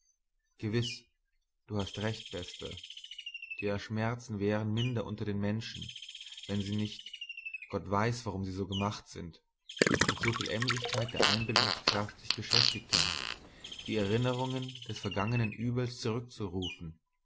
gewiß du hast recht bester der schmerzen wären minder unter den menschen wenn sie nicht gott weiß warum sie so gemacht sind mit so viel emsigkeit der einbildungskraft sich beschäftigten die erinnerungen des vergangenen übels zurückzurufen